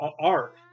art